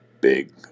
big